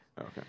Okay